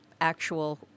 actual